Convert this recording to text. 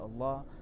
Allah